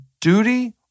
duty